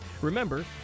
Remember